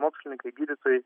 mokslininkai gydytojai